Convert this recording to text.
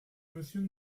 monsieur